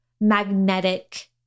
magnetic